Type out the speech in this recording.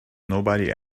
nobody